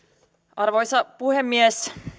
arvoisa puhemies